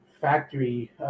factory